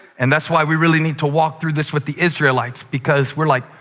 and that's why we really need to walk through this with the israelites, because we're like,